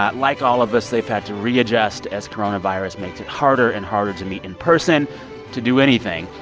like all of us, they've had to readjust as coronavirus makes it harder and harder to meet in person to do anything.